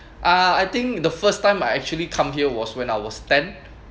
uh I think the first time I actually come here was when I was ten